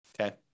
Okay